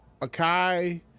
Akai